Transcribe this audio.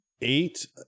eight